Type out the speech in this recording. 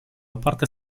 oparte